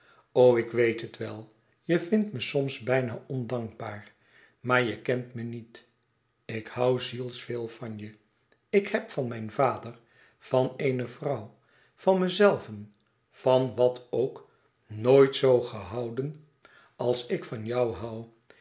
o ik weet het wel je vindt me soms bijna ondankbaar maar je kent me niet ik hoû zielsveel van je ik heb van mijn vader van eene vrouw van mezelven van wat ook nooit zo gehouden als ik van jou hoû